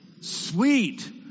sweet